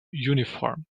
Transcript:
uniform